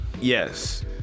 Yes